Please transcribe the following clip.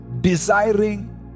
desiring